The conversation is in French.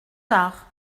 tard